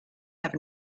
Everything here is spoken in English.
have